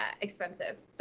expensive